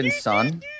son